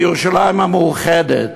כי "ירושלים המאוחדת".